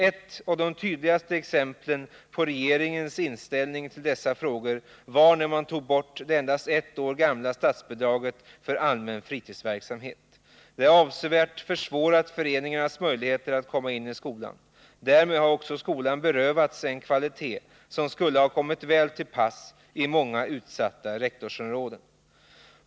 Ett av de tydligaste exemplen på regeringens inställning till dessa frågor var när man tog bort det endast ett år gamla statsbidraget för allmän fritidsverksamhet, vilket avsevärt har försvårat föreningarnas möjligheter att komma in i skolan. Därmed har skolan också berövats en värdefull tillgång som skulle ha kommit väl till pass i många utsatta rektorsområden.